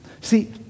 See